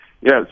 Yes